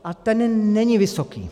A ten není vysoký.